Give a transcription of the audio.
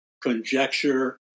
conjecture